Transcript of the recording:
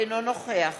אינו נוכח